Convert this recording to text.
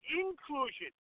inclusion